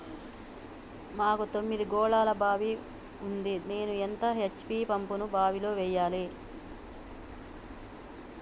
మాకు తొమ్మిది గోళాల బావి ఉంది నేను ఎంత హెచ్.పి పంపును బావిలో వెయ్యాలే?